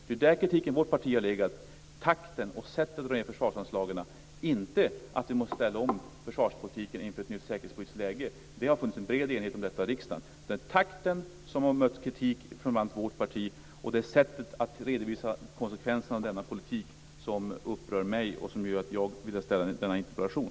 Det är där kritiken från vårt parti har legat, takten och sättet att redovisa försvarsanslagen, inte att vi måste ställa om försvarspolitiken inför ett nytt säkerhetspolitiskt läge. Det har funnits en bred enighet om detta i riksdagen. Det är takten som har mött kritik från vårt parti, och det är sättet att redovisa konsekvenserna av denna politik som upprör mig och som gjorde att jag framställde denna interpellation.